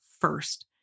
first